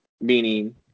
meaning